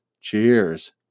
cheers